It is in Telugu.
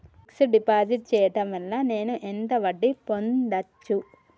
ఫిక్స్ డ్ డిపాజిట్ చేయటం వల్ల నేను ఎంత వడ్డీ పొందచ్చు?